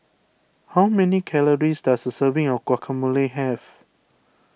how many calories does a serving of Guacamole have